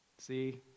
See